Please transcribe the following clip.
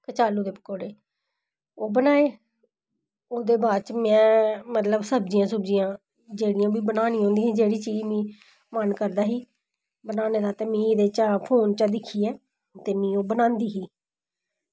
कचालु दे पकौड़े ओह् बनाये ओह्दे बाद च में मतलब सब्जियां जेह्ड़ियां बी बनानी होंदियां जेह्ड़ी चीज मी मन करदा ही बनाने दा ते में फोन च दिक्खियै ते में बनांदी ही